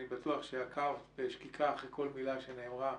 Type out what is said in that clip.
אני בטוח שעקבת בשקיקה אחרי כל מילה שנאמרה